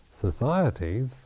societies